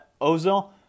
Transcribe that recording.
Ozil